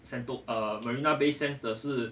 sento~ err marina bay sands 的是